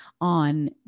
on